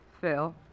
Phil